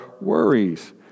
worries